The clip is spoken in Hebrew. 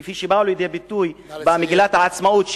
כפי שבאו לידי ביטוי במגילת העצמאות,